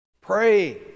Pray